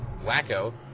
wacko